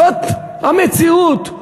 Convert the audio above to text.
זאת המציאות.